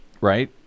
Right